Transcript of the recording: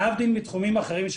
להבדיל מתחומים אחרים,